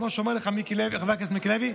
כמו שאומר לך חבר הכנסת מיקי לוי,